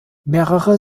mehrere